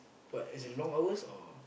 what as in long hours or